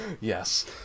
Yes